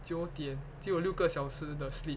九点只有六个小时的 sleep